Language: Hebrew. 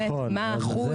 באמת, מה האחוז.